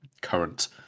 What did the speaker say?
current